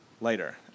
later